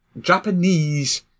Japanese